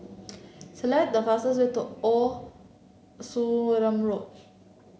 select the fastest way to Old Sarum Road